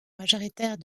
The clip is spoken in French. majoritaire